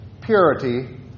purity